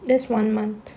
that's one month